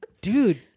dude